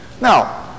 Now